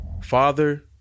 father